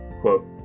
quote